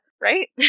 right